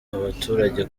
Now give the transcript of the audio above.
abaturage